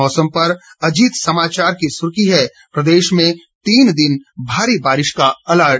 मौसम पर अजीत समाचार की सुर्खी है प्रदेश में तीन दिन भारी बारिश का अलर्ट